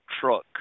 truck